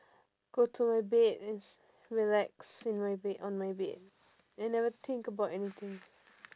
go to my bed and sl~ relax in my bed on my bed I never think about anything